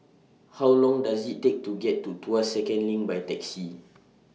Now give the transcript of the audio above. How Long Does IT Take to get to Tuas Second LINK By Taxi